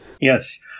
Yes